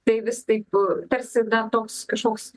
tai vis taip tarsi na toks kažkoks